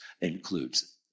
includes